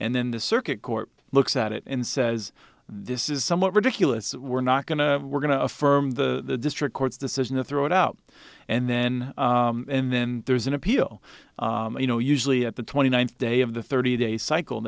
and then the circuit court looks at it and says this is somewhat ridiculous we're not going to we're going to affirm the district court's decision to throw it out and then and then there's an appeal you know usually at the twenty ninth day of the thirty day cycle